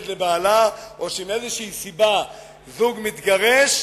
לבעלה או כשמאיזו סיבה זוג מתגרש,